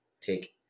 take